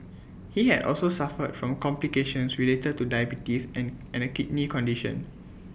he had also suffered from complications related to diabetes and and A kidney condition